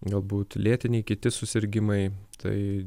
galbūt lėtiniai kiti susirgimai tai